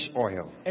oil